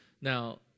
Now